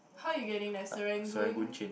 how you getting there Serangoon